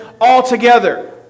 altogether